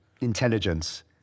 intelligence